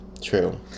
True